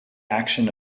action